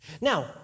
Now